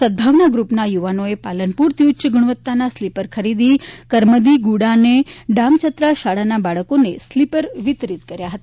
સદભાવના ગ્રૂપના યુવાનોએ પાલનપુરથી ઉચ્ચ ગુણવત્તાના સ્લીપર ખરીદી કરમદી ગુડા અને ડામચતરા શાળાના બાળકોને સ્લીપર વિતરીત કર્યા હતા